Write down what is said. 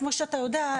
כמו שאתה יודע,